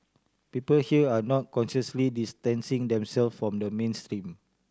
people here are not consciously distancing themselves from the mainstream